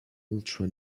ultra